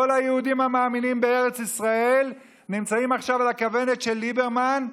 כל היהודים המאמינים בארץ ישראל נמצאים עכשיו על הכוונת של ליברמן.